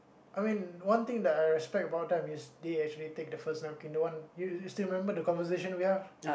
I mean one thing that I respect about them is they actually take the first time you you still remember the conversation we have